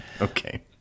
Okay